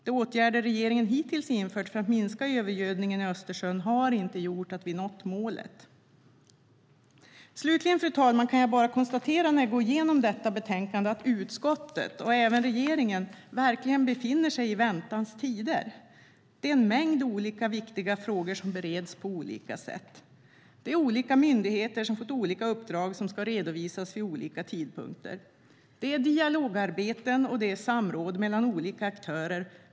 De åtgärder regeringen hittills har infört för att minska övergödningen i Östersjön har inte gjort att vi har nått målet. Slutligen, fru talman, kan jag när jag går igenom detta betänkande bara konstatera att utskottet och även regeringen verkligen befinner sig i väntans tider. Det är en mängd olika, viktiga frågor som bereds på olika sätt. Det är olika myndigheter som har fått olika uppdrag som ska redovisas vid olika tidpunkter. Det är dialogarbeten, och det är samråd mellan olika aktörer.